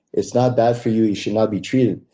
it's not bad for you you should not be treated.